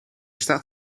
staat